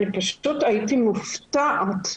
אני פשוט הייתי מופתעת,